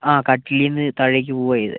ആ കട്ടിലീന്ന് താഴേക്ക് പോവാ ചെയ്തേ